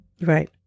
Right